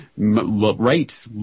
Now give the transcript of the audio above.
Right